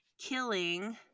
killing